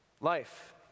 life